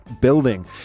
building